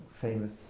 famous